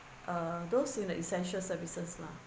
uh those in the essential services lah